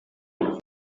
ijyanye